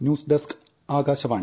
news desk Akashvani